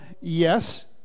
yes